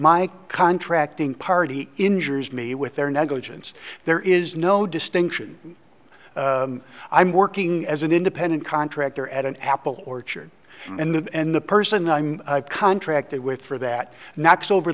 my contracting party injures me with their negligence there is no distinction i'm working as an independent contractor at an apple orchard and the person i'm contracted with for that next over